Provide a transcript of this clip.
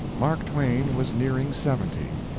mark twain was nearing seventy.